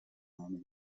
name